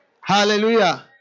Hallelujah